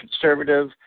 conservative